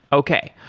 okay.